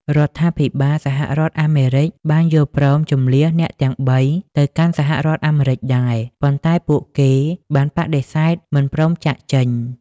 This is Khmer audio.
រដ្ឋាភិបាលសហរដ្ឋអាមេរិកបានយល់ព្រមជម្លៀសអ្នកទាំងបីទៅកាន់សហរដ្ឋអាមេរិកដែរ ប៉ុន្តែពួកគេបានបដិសេធមិនព្រមចាកចេញ។